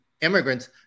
immigrants